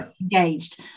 engaged